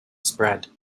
spread